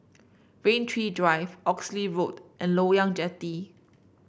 Rain Tree Drive Oxley Road and Loyang Jetty